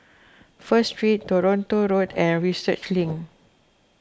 First Street Toronto Road and Research Link